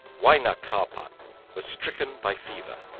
huayna capac was stricken by fever.